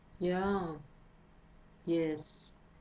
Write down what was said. ya yes